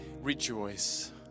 rejoice